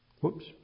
Whoops